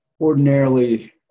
ordinarily